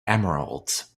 emeralds